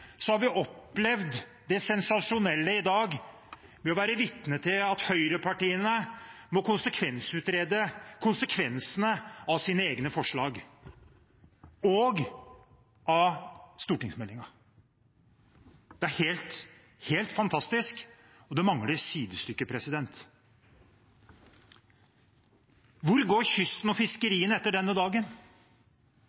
har vi opplevd det sensasjonelle i dag ved å være vitne til at høyrepartiene må konsekvensutrede konsekvensene av sine egne forslag og av stortingsmeldingen. Det er helt fantastisk. Det mangler sidestykke. Hvor går kysten og